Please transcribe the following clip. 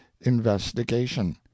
investigation